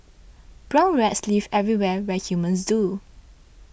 brown rats live everywhere where humans do